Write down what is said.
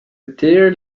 dear